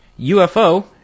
UFO